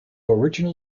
original